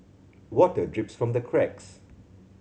water drips from the cracks